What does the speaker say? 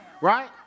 right